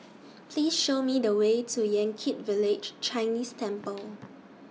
Please Show Me The Way to Yan Kit Village Chinese Temple